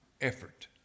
effort